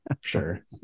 sure